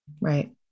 Right